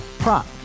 Prop